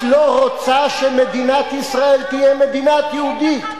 את לא רוצה שמדינת ישראל תהיה מדינה יהודית.